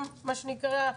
גם מה שנקרא,